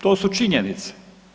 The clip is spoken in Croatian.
To su činjenice.